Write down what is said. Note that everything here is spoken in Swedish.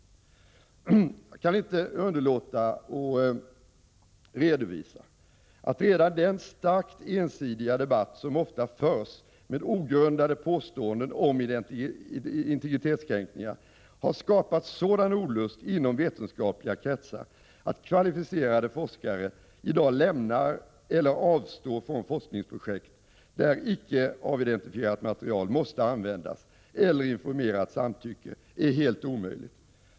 Jag kan inte underlåta att redovisa att redan den starkt ensidiga debatt som ofta förs med ogrundade påståenden om integritetskränkningar har skapat sådan olust inom vetenskapliga kretsar att kvalificerade forskare i dag lämnar eller avstår från forskningsprojekt där icke avidentifierat material måste användas eller där informerat samtycke krävs.